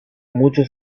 muchos